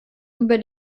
über